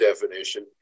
definition